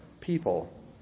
people